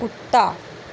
कुत्ता